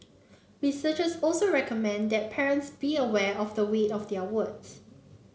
researchers also recommend that parents be aware of the weight of their words